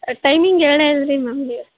timing ಏನು ಹೇಳ್ದ್ ರಿ ಮ್ಯಾಮ್ ಹೆ